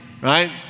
right